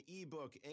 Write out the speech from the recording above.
ebook